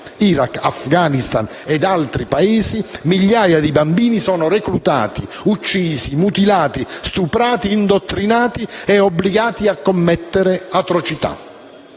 Iraq, Afghanistan ed altri Paesi, migliaia di bambini sono reclutati, uccisi, mutilati, stuprati, indottrinati e obbligati a commettere atrocità.